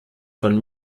von